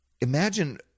imagine